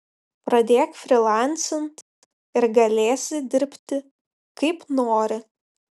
pradėk frylancint ir galėsi dirbti kaip nori